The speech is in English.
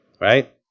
right